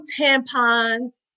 tampons